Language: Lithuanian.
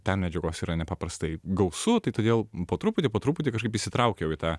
ten medžiagos yra nepaprastai gausu tai todėl po truputį po truputį kažkaip įsitraukiau į tą